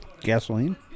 Gasoline